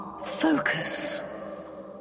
Focus